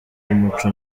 w’umuco